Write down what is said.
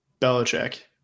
Belichick